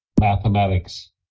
mathematics